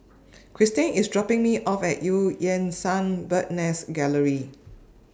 Christin IS dropping Me off At EU Yan Sang Bird's Nest Gallery